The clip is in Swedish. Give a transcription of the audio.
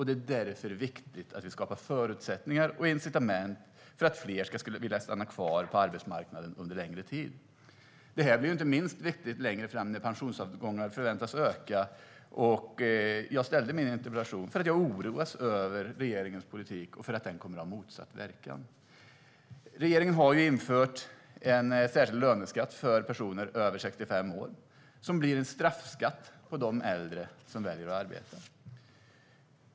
Det är därför viktigt att vi skapar förutsättningar och incitament för att fler ska vilja stanna kvar på arbetsmarknaden under längre tid. Det blir inte minst viktigt längre fram när pensionsavgångarna förväntas öka. Jag ställde min interpellation för att jag oroas över att regeringens politik kommer att ha motsatt verkan. Regeringen har ju infört en särskild löneskatt för personer över 65 år, som blir en straffskatt på de äldre som väljer att arbeta.